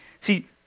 See